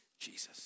Jesus